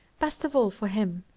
best of all for him,